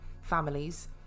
families